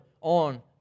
on